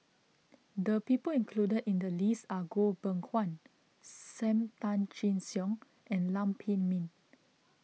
the people included in the list are Goh Beng Kwan Sam Tan Chin Siong and Lam Pin Min